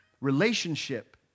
Relationship